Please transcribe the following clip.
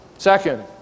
Second